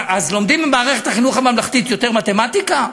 אז לומדים במערכת החינוך הממלכתית יותר מתמטיקה?